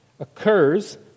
Occurs